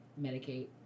medicate